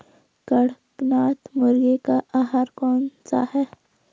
कड़कनाथ मुर्गे का आहार कौन सा है?